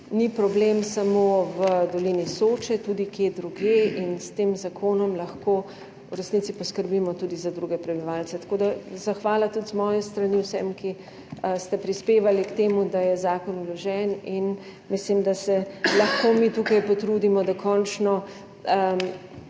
ni problem samo v dolini Soče, tudi kje drugje in s tem zakonom lahko v resnici poskrbimo tudi za druge prebivalce. Tako da zahvala tudi z moje strani vsem, ki ste prispevali k temu, da je zakon vložen. Mislim, da se lahko mi tukaj potrudimo, da končno